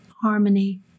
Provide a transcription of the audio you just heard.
harmony